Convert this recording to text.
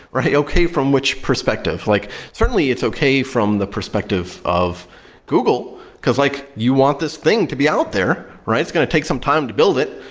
okay from which perspective? like certainly it's okay from the perspective of google, because like you want this thing to be out there, right? it's going to take some time to build it.